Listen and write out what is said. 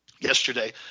yesterday